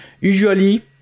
Usually